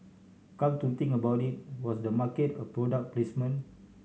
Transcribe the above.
come to think about it was the market a product placement